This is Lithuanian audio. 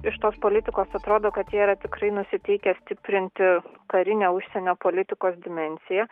iš tos politikos atrodo kad jie yra tikrai nusiteikę stiprinti karinę užsienio politikos dimensiją